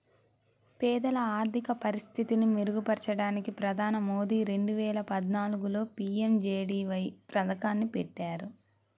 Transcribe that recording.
పేదల ఆర్థిక పరిస్థితిని మెరుగుపరచడానికి ప్రధాని మోదీ రెండు వేల పద్నాలుగులో పీ.ఎం.జే.డీ.వై పథకాన్ని పెట్టారు